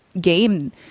game